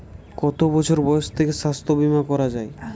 কত বছর বয়স থেকে স্বাস্থ্যবীমা করা য়ায়?